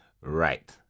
Right